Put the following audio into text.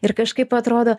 ir kažkaip atrodo